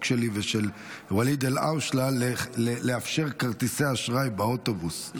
שלי ושל ואליד אלהואשלה לאפשר כרטיסי אשראי באוטובוס.